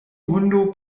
hundo